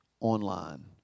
online